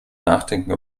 nachdenken